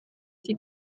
die